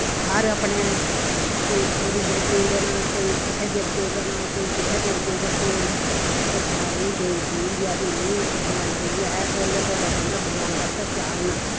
हर कोई अपने गुरू देवते देना कोई कुसे देवते देना कोई कुसे देवते दस्सनी ते सारे देई दूइये फ्ही थरवाल देई पेह्ला टोडा भगवान दे आस्तै चाढ़ना